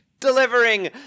Delivering